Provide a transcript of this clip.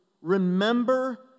Remember